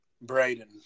Braden